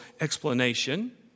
explanation